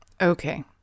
Okay